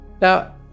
Now